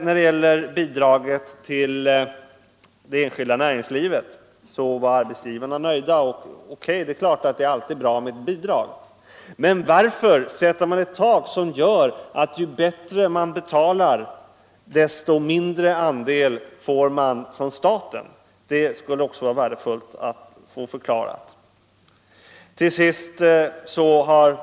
När det gäller bidraget till det enskilda näringslivet har arbetsgivarna varit nöjda, och det är klart att bidrag alltid är bra. Men varför sätts taket så att bidragsandelen från staten blir mindre ju bättre löner företaget betalar? Det skulle också vara värdefullt att få förklarat.